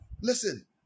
Listen